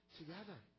together